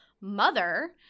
mother